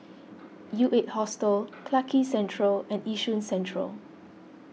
U eight Hostel Clarke Quay Central and Yishun Central